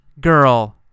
girl